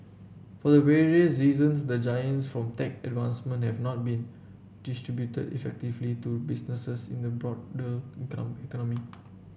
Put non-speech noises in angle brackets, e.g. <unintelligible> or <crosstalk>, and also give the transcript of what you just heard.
for various reasons the gains from tech advancement have not been distributed effectively to businesses in the broader <unintelligible> economy